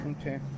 Okay